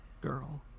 girl